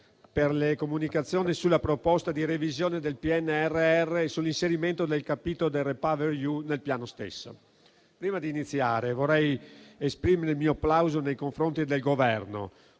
per le comunicazioni sulla proposta di revisione del PNRR e sull'inserimento del capitolo del REPowerEU nel Piano stesso. Prima di iniziare, vorrei esprimere il mio plauso nei confronti del Governo.